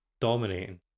dominating